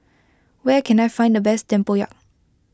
where can I find the best Tempoyak